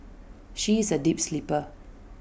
she is A deep sleeper